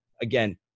Again